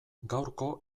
gaurko